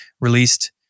released